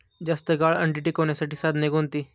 जास्त काळ अंडी टिकवण्यासाठी साधने कोणती?